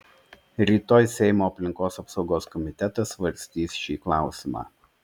rytoj seimo aplinkos apsaugos komitetas svarstys šį klausimą